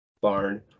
barn